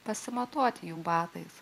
pasimatuoti jų batais